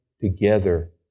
together